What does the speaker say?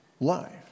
life